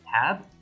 tab